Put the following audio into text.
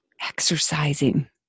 exercising